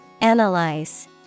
Analyze